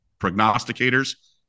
prognosticators